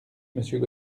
monsieur